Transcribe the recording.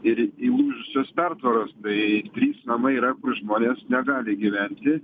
ir įlūžusios pertvaros bei trys namai yra kur žmonės negali gyventi